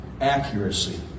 accuracy